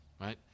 right